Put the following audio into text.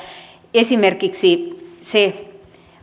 esimerkiksi se